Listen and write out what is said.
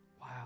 Wow